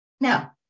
Now